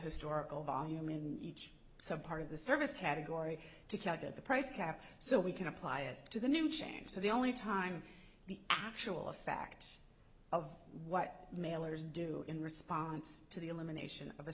historical volume in each sub part of the service category to calculate the price cap so we can apply it to the new change so the only time the actual fact of what mailers do in response to the elimination of a